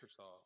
Microsoft